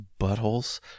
buttholes